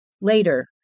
later